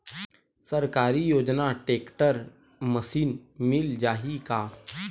सरकारी योजना tractor machine मिल जाही का?